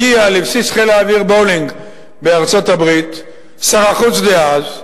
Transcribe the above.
הגיע לבסיס חיל האוויר Bolling בארצות-הברית שר החוץ דאז,